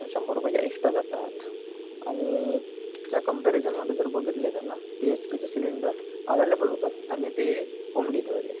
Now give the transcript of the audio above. शंभर रुपये ज्या एक्स्ट्रा जातात आणि त्या कंपॅरिजनमध्ये जर बघितलेलं ना ते एच पीचे सिलेंडर अव्हेलेबल होतात आणि ते होम डिलेवरी आहे